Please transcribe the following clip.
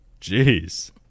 Jeez